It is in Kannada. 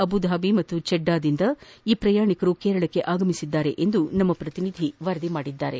ಅಬುಧಾಬಿ ಮತ್ತು ಜೆಢ್ವಾದಿಂದ ಈ ಪ್ರಯಾಣಿಕರು ಆಗಮಿಸಿದ್ದಾರೆ ಎಂದು ನಮ್ನ ಪ್ರತಿನಿಧಿ ವರದಿ ಮಾಡಿದ್ದಾರೆ